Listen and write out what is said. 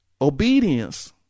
Obedience